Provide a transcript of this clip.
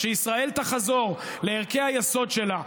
כשישראל תחזור לערכי היסוד שלה,